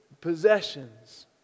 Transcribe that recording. possessions